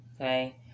Okay